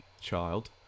child